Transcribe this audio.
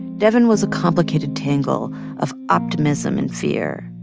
devyn was a complicated tangle of optimism and fear.